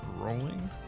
rolling